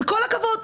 עם כל הכבוד.